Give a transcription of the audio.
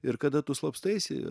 ir kada tu slapstaisi